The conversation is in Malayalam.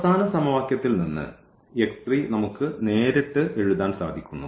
അവസാന സമവാക്യത്തിൽ നിന്ന് നമുക്ക് നേരിട്ട് എഴുതാൻ സാധിക്കുന്നു